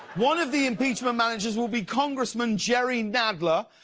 one of the impeachment managers will be congressman jerry nadler,